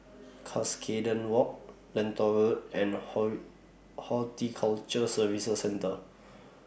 Cuscaden Walk Lentor Road and Ho Horticulture Services Centre